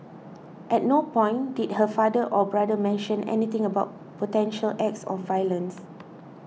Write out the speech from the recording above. at no point did her father or brother mention anything about potential acts of violence